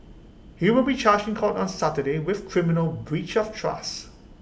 he will be charged in court on Saturday with criminal breach of trust